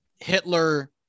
Hitler